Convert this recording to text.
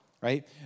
right